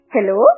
Hello